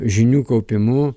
žinių kaupimu